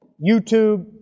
youtube